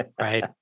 right